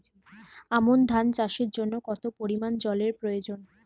আমন ধান চাষের জন্য কত পরিমান জল এর প্রয়োজন?